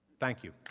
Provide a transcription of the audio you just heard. thank you.